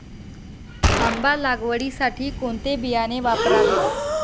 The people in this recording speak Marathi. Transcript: आंबा लागवडीसाठी कोणते बियाणे वापरावे?